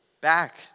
back